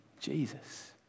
Jesus